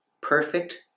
Perfect